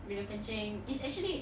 minum kencing it's actually